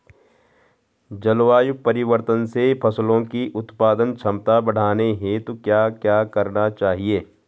जलवायु परिवर्तन से फसलों की उत्पादन क्षमता बढ़ाने हेतु क्या क्या करना चाहिए?